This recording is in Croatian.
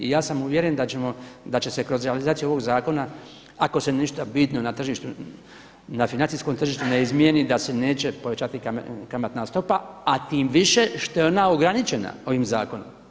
I ja sam uvjeren da će se kroz realizaciju ovog zakona ako se ništa bitno na tržištu, na financijskom tržištu ne izmijeni da se neće povećati kamatna stopa a tim više što je ona ograničena ovim zakonom.